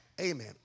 Amen